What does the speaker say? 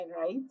right